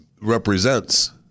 represents